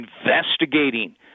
investigating